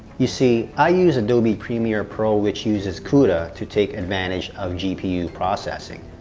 you see, i use adobe premier pro which uses cuda to take advantage of gpu processing.